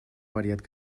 variat